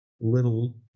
little